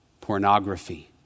pornography